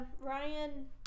Ryan